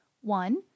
One